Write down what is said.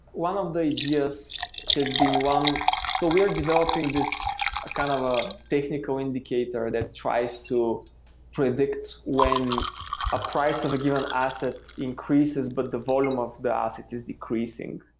one of the ideas has been one so we are developing this ah kind of ah technical indicator that tries to predict when a price of a given asset increases but the volume of the asset is decreasing.